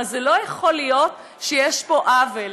הרי לא יכול להיות שיש פה עוול,